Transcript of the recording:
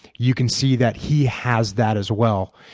you can see that he has that, as well.